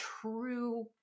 true